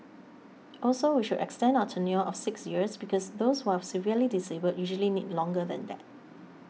also we should extend our tenure of six years because those who are severely disabled usually need longer than that